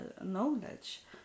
knowledge